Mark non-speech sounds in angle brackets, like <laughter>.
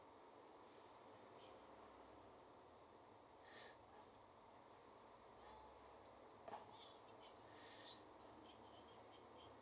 <breath>